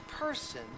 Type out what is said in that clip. person